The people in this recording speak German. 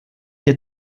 ihr